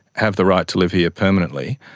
have the right to live here permanently,